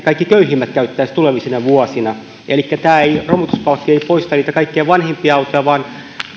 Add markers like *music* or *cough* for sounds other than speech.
*unintelligible* kaikki köyhimmät käyttäisivät tulevina vuosina eli tämä romutuspalkkio ei poista niitä kaikkein vanhimpia autoja vaan